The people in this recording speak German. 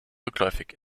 rückläufig